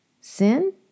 Sin